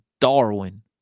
Darwin